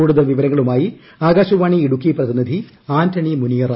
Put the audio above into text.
കൂടുതൽ വിവരങ്ങളുമായി ആകാശവാണി ഇടുക്കി പ്രതിനിധി ആന്റണി മുനിയറ